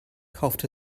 kauft